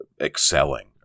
excelling